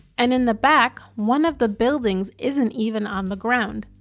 and in the back, one of the buildings isn't even on the ground.